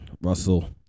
russell